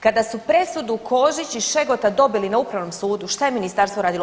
Kada su presudu Kožić i Šegota dobili na Upravnom sudu šta je ministarstvo radilo?